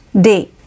Day